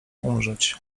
umrzeć